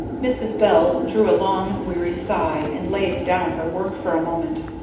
mrs. bell drew a long weary sigh, and laid down her work for a moment.